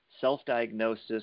self-diagnosis